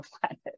planet